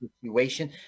situation